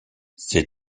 ses